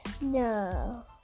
No